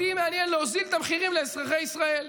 אותי מעניין להוזיל את המחירים לאזרחי ישראל.